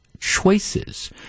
choices